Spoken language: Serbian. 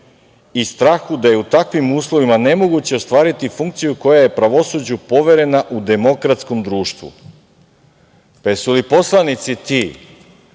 i strahu da je u takvim uslovima nemoguće ostvariti funkciju koja je pravosuđu poverena u demokratskom društvu. Jesu li poslanici ti